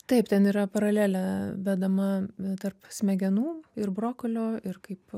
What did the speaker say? taip ten yra paralelė bedama bet tarp smegenų ir brokolio ir kaip